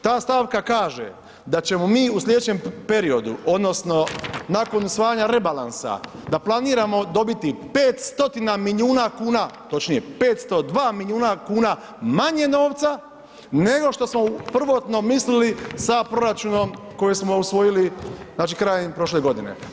Ta stavka kaže da ćemo mi u sljedećem periodu odnosno nakon usvajanja rebalansa da planiramo dobiti 500 milijuna kuna, točnije 502 milijuna kuna manje novaca nego što smo prvotno mislili sa proračunom koji smo usvojili krajem prošle godine.